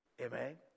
Amen